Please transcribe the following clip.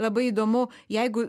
labai įdomu jeigu